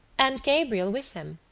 and gabriel with him.